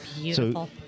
Beautiful